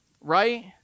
right